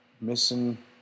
missing